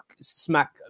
smack